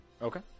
Okay